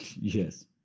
Yes